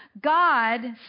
God